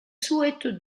souhaitent